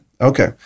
Okay